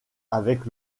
avec